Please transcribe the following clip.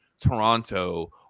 Toronto